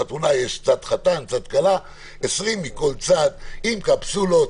עם קפסולות,